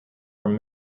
from